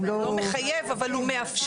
הוא לא מחייב, אבל הוא מאפשר.